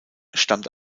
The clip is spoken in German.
stammt